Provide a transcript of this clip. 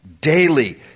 daily